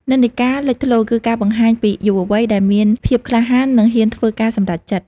និន្នាការលេចធ្លោ គឺការបង្ហាញពីយុវវ័យដែលមានភាពក្លាហាននិងហ៊ានធ្វើការសម្រេចចិត្ត។